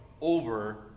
over